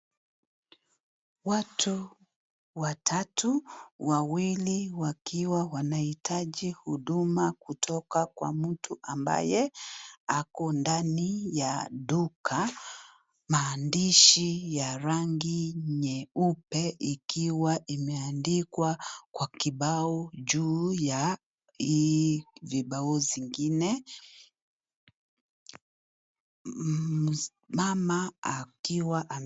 Watu watatu. Wawili wakiwa wanahitaji huduma kutoka kwa mtu ambaye ako ndani ya duka. Maandishi ya rangi nyeupe ikiwa imeandikwa kwa kibao juu ya hii vibao zingine. Mama akiwa ame...